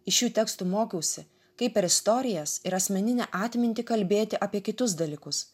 iš šių tekstų mokiausi kaip per istorijas ir asmeninę atmintį kalbėti apie kitus dalykus